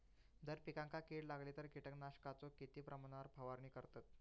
जर पिकांका कीड लागली तर कीटकनाशकाचो किती प्रमाणावर फवारणी करतत?